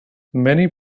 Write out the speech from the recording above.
many